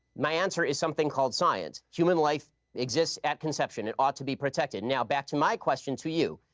my answer is something called science. human life exists at conception. it ought to be protected. now, back to my question to you.